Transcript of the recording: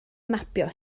mapio